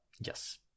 yes